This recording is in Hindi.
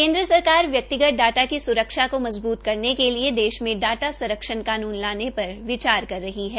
केन्द्र सरकार व्यक्तिगत डाटा की स्रक्षा को मजबूत करने के लिये देश में डाटा संरक्षण कानून लाने पर विचार कर रही है